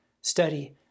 study